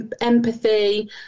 empathy